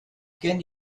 gen